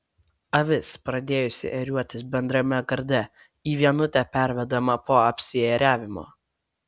avis pradėjusi ėriuotis bendrame garde į vienutę pervedama po apsiėriavimo